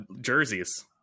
jerseys